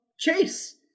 Chase